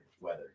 Weather